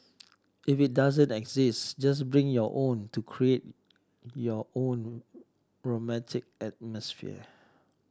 if it doesn't exist just bring your own to create your own romantic atmosphere